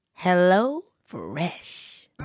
HelloFresh